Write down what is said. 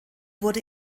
wurde